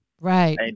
right